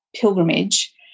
pilgrimage